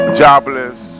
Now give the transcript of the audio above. jobless